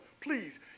please